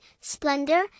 splendor